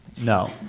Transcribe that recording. No